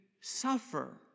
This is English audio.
suffer